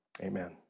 amen